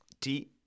ti